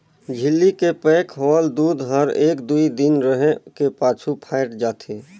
झिल्ली के पैक होवल दूद हर एक दुइ दिन रहें के पाछू फ़ायट जाथे